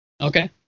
Okay